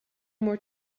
more